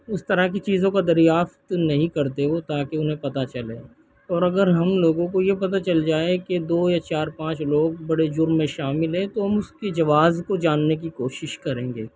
اس طرح کی چیزیں تو دریافت نہیں کرتے وہ تاکہ انہیں پتا چلے اور اگر ہم لوگوں کو یہ پتا چل جائے کہ دو یا چار پانچ لوگ بڑے جرم میں شامل ہیں تو ہم اس کی جواز کو جاننے کی کوشش کریں گے